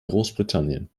großbritannien